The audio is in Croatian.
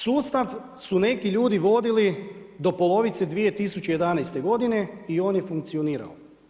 Sustav su neki ljudi vodili do polovice 2011. godine i on je funkcionirao.